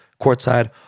courtside